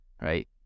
Right